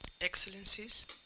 Excellencies